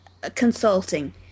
consulting